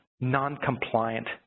non-compliant